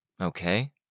Okay